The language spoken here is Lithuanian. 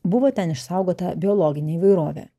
buvo ten išsaugota biologinė įvairovė